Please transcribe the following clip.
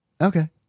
okay